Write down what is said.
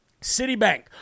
Citibank